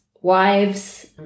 wives